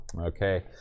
Okay